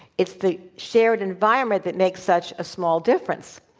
it's the shared environment that makes such a small difference.